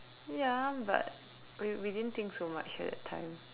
ya but we we didn't think so much at that time